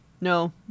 No